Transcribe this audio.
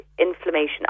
inflammation